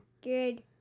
Good